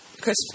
Chris